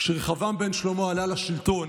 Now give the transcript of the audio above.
כשרחבעם בן שלמה עלה לשלטון,